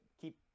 keep